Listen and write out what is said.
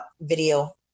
video